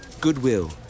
Goodwill